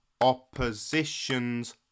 opposition's